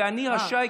ואני רשאי,